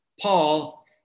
Paul